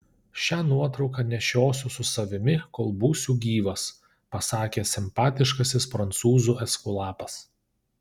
šią nuotrauką nešiosiu su savimi kol būsiu gyvas pasakė simpatiškasis prancūzų eskulapas